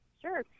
Sure